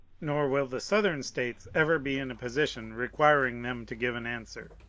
nor will the southern states ever be in a position requiring them to give an answer.